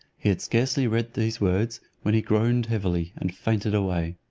he had scarcely read these words, when he groaned heavily, and fainted away.